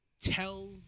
tell